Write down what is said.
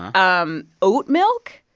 um oat milk.